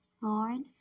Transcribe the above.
Lord